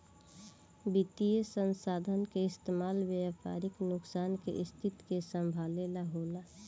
वित्तीय संसाधन के इस्तेमाल व्यापारिक नुकसान के स्थिति के संभाले ला होला